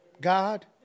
God